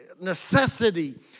necessity